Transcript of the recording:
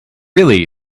really